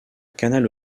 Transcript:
canal